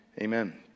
Amen